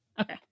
Okay